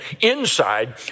inside